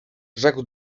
rzekł